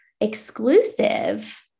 exclusive